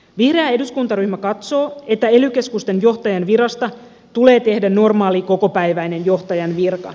vihreä eduskuntaryhmä katsoo että ely keskusten johtajan virasta tulee tehdä normaali kokopäiväinen johtajan virka